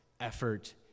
effort